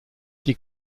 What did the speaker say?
die